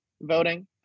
voting